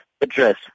address